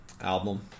album